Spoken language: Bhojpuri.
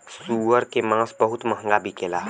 सूअर के मांस बहुत महंगा बिकेला